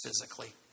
physically